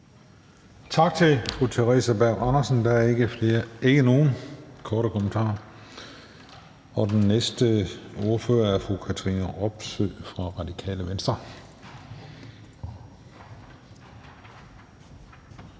Tak til fru Theresa Berg Andersen. Der er ikke nogen korte bemærkninger. Og den næste ordfører er fru Katrine Robsøe fra Radikale Venstre.